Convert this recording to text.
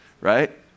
Right